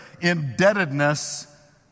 Indebtedness